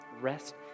Rest